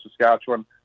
Saskatchewan